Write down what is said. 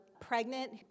pregnant